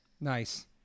Nice